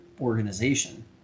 organization